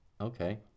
Okay